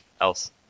else